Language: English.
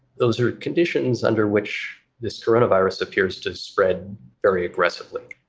those are conditions under which this coronavirus appears to spread very aggressively.